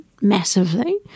massively